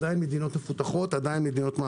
הם עדיין מדינות מפותחות מערביות.